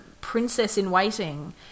princess-in-waiting